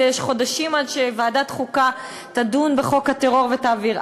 יש חודשים עד שוועדת החוקה תדון בחוק הטרור ותעביר.